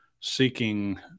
seeking